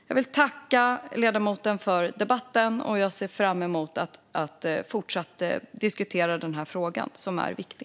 Jag vill tacka ledamöterna för debatten, och jag ser fram emot att fortsatt diskutera denna fråga som är viktig.